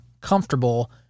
comfortable